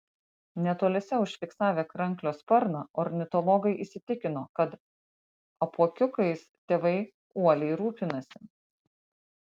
netoliese užfiksavę kranklio sparną ornitologai įsitikino kad apuokiukais tėvai uoliai rūpinasi